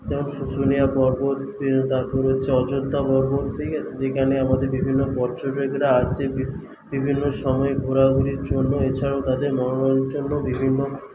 যেমন শুশুনিয়া পর্বত তারপরে হচ্ছে অযোধ্যা পর্বত ঠিক আছে যেখানে আমাদের বিভিন্ন পর্যটকরা আসে বিভিন্ন সময়ে ঘোরাঘুরির জন্য এছাড়াও তাদের জন্য বিভিন্ন